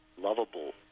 lovable